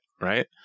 right